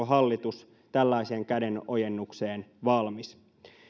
hallitus tällaiseen kädenojennukseen valmis